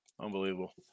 Unbelievable